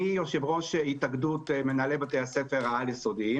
אני יושב-ראש התאגדות מנהלי בתי הספר העל-יסודיים.